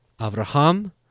Avraham